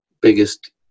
biggest